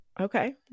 Okay